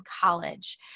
college